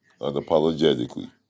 unapologetically